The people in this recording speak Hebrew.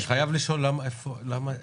אני חייב לשאול, למה עכשיו?